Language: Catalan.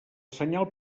senyal